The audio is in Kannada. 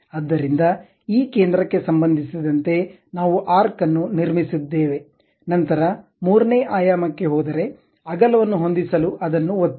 ಆದ್ದರಿಂದ ಈ ಕೇಂದ್ರಕ್ಕೆ ಸಂಬಂಧಿಸಿದಂತೆ ನಾವು ಆರ್ಕ್ವನ್ನು ನಿರ್ಮಿಸಿದ್ದೇವೆ ನಂತರ ಮೂರನೇ ಆಯಾಮಕ್ಕೆ ಹೋದರೆ ಅಗಲವನ್ನು ಹೊಂದಿಸಲು ಅದನ್ನು ಒತ್ತಿ